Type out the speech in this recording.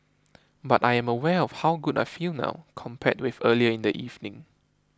but I am aware of how good I feel now compared with earlier in the evening